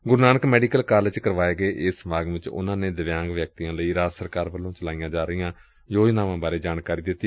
ਗੁਰੁ Nanak medical college ਵਿਚ ਕਰਵਾਏ ਗਏ ਏਸ ਸਮਾਗਮ ਵਿਚ ਉਨੂਾਂ ਨੇ ਦਿਵਿਆਂਗ ਵਿਅਕਤੀਆਂ ਲਈ ਰਾਜ ਸਰਕਾਰ ਵੱਲੋਂ ਚਲਾਈਆਂ ਜਾ ਰਹੀਆਂ ਯੋਜਨਾਵਾਂ ਬਾਰੇ ਜਾਣਕਾਰੀ ਦਿੱਤੀ